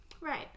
right